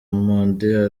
monde